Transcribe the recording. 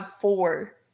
four